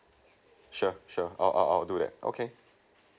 sure sure I I I'll do it okay